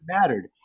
mattered